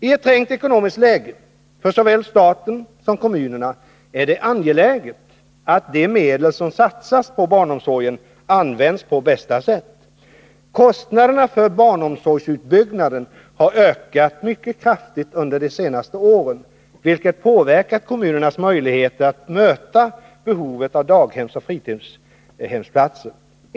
I ett trängt ekonomiskt läge för såväl staten som kommunerna är det angeläget att de medel som satsas på barnomsorgen används på bästa sätt. Kostnaderna för barnomsorgsutbyggnaden har ökat mycket kraftigt under de senaste åren, vilket påverkat kommunernas möjligheter att möta behovet av daghemsoch fritidshemsplatser.